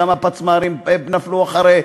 כמה פצמ"רים נפלו אחרי,